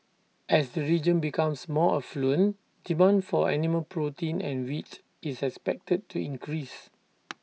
as the region becomes more affluent demand for animal protein and wheat is expected to increase